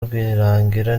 rwirangira